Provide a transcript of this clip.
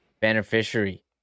beneficiary